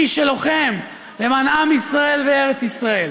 איש שלוחם למען עם ישראל וארץ ישראל,